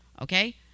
Okay